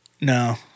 No